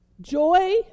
joy